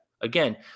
again